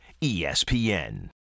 ESPN